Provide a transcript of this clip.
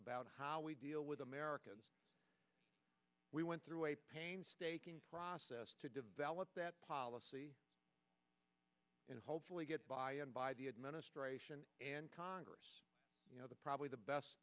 about how we deal with america we went through a painstaking process to develop that policy and hopefully get by and by the administration and congress you know the probably the best